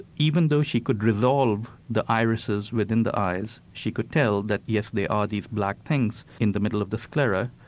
even though she could resolve the irises within the eyes, she could tell that yes they are these black things in the middle of the sclera,